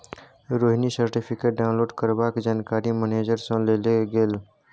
Rohini certificate download करबाक जानकारी manager सँ लेल गेलै